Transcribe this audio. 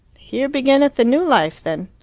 here beginneth the new life, then.